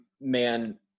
man